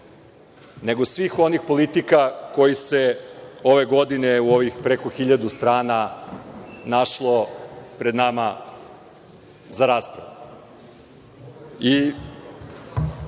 nego svih onih politika koje se ove godine u ovih preko 1.000 strana našlo pred nama za raspravu.Zašto